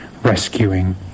rescuing